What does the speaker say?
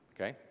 Okay